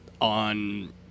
on